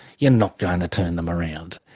you're not going to turn them around.